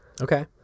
okay